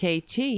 KT